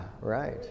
right